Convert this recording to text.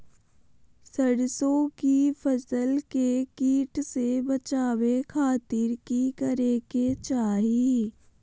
सरसों की फसल के कीट से बचावे खातिर की करे के चाही?